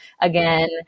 again